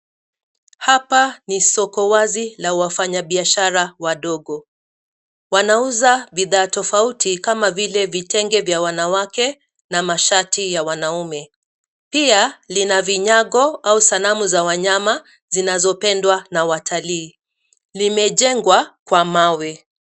Hapa ni soko wazi la wafanya biashara wadogo. Wanauza bidhaa tofauti kama vile vitenge vya wanawake na mashati ya wanaume. Pia lina vinyago au sanamu za wanyama zinazopendwa na watalii. Limejengwa kwa mawe.